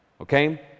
Okay